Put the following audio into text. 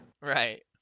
right